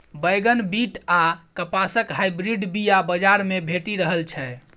बैगन, बीट आ कपासक हाइब्रिड बीया बजार मे भेटि रहल छै